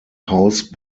house